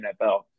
NFL